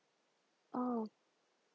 oh